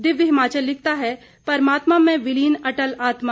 दिव्य हिमाचल लिखता है परमात्मा में विलीन अटल आत्मा